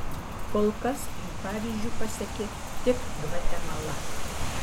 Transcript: kol kas jų pavyzdžiu pasekė tik gvatemala